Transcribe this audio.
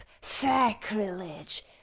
sacrilege